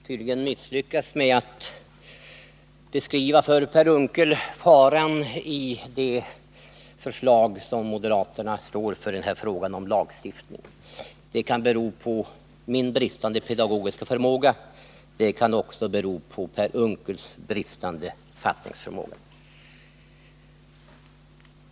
Herr talman! Jag har tydligen misslyckats med att för Per Unckel beskriva faran i det förslag som moderaterna står för i fråga om lagstiftningen. Det kan bero på min bristande pedagogiska förmåga, men det kan också bero på Per Unckels bristande fattningsförmåga.